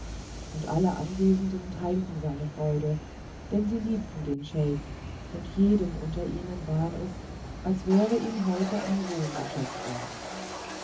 und alle anwesenden teilten seine freude denn sie liebten den scheik und jedem unter ihnen war es als wäre ihm heute ein sohn geschenkt worden